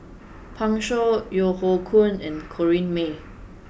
Pan Shou Yeo Hoe Koon and Corrinne May